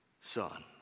son